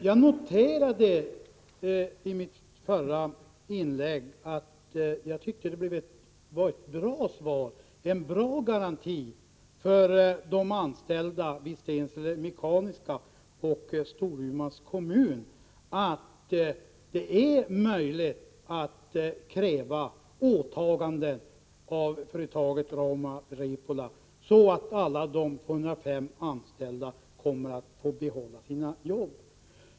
Jag sade i mitt förra inlägg att jag tyckte att det var ett bra svar — en bra garanti för de anställda vid Stensele Mekaniska Verkstad och Storumans kommun =— att det är möjligt att kräva åtaganden av företaget Rauma Repola så att alla de 105 anställda kommer att få behålla sina jobb.